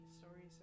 stories